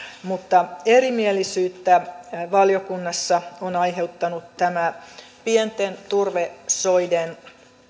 mutta erimielisyyttä valiokunnassa on aiheuttanut tämä pienten turvesoiden